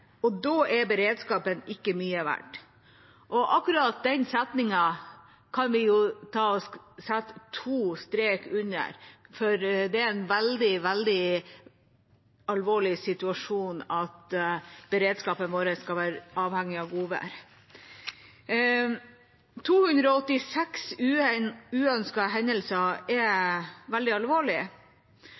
og da er ikke beredskapen mye verdt.» Akkurat den setningen kan vi sette to streker under, for det er en veldig alvorlig situasjon at beredskapen vår skal være avhengig av godvær. 286 uønskede hendelser er veldig alvorlig.